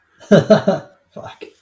Fuck